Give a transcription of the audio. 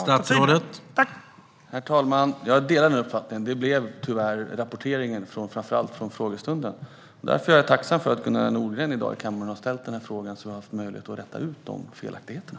Herr talman! Jag delar uppfattningen, framför allt om rapporteringen från frågestunden. Därför är jag tacksam för att Gunilla Nordgren i dag i kammaren har ställt den här frågan, så att jag har haft möjlighet att rätta till felaktigheterna.